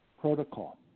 protocol